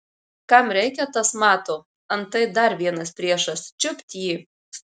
kam reikia tas mato antai dar vienas priešas čiupt jį